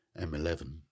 M11